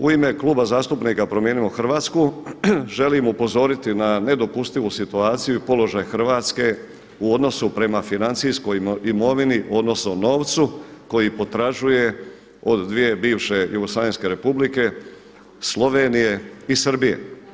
U ime Kluba zastupnika Promijenimo Hrvatsku želim upozoriti na nedopustivu situaciju i položaj Hrvatske u odnosu prema financijskoj imovini odnosno novcu koji potražuje od dvije bivše jugoslavenske republike Slovenije i Srbije.